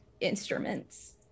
instruments